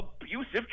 abusive